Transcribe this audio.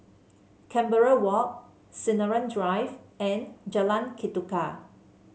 Canberra Walk Sinaran Drive and Jalan Ketuka